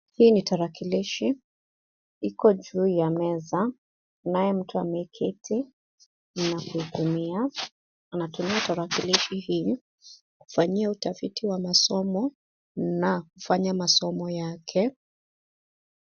Hii ni tarakilishi. Iko juu ya meza. Kunaye mtu na kutumia. Anatumia tarakilishi hii kufanyia utafiti wa masomo na kufanya masomo yake.